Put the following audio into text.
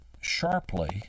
sharply